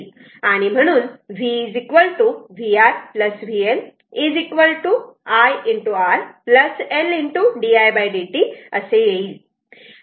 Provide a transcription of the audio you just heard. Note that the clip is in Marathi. आणि म्हणून v vR vL i R L di dt असे येईल